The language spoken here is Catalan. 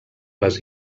les